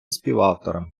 співавторам